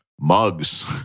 Mugs